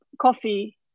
coffee